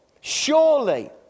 surely